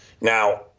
Now